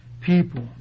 people